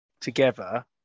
together